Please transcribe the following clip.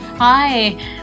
Hi